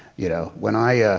you know when i